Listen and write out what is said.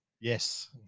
yes